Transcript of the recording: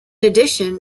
addition